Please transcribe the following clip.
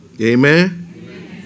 Amen